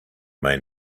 may